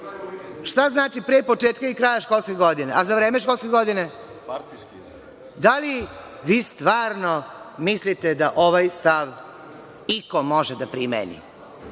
Šta znači pre početka i kraja školske godine? A za vreme školske godine? Da li vi stvarno mislite da ovaj stav iko može da primeni?